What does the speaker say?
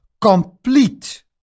complete